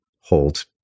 hold